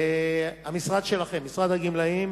המשרד שלכם, משרד הגמלאים,